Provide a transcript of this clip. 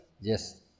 yes